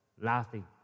laughing